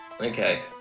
Okay